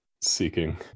seeking